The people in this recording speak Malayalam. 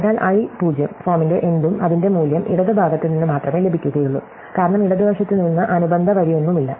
അതിനാൽ i 0 ഫോമിന്റെ എന്തും അതിന്റെ മൂല്യം ഇടതുഭാഗത്ത് നിന്ന് മാത്രമേ ലഭിക്കുകയുള്ളൂ കാരണം ഇടതുവശത്ത് നിന്ന് അനുബന്ധ വരിയൊന്നുമില്ല